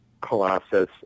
Colossus